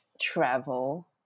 travel